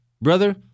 Brother